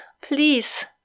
Please